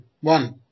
one